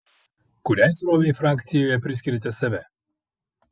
kuriai srovei frakcijoje priskiriate save